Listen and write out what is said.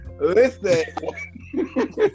listen